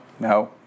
No